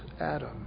Adam